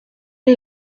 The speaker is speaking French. est